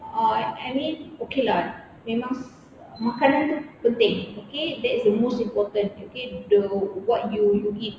uh I mean okay lah memang makanan tu penting okay that is the most important okay the what you you eat